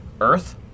Earth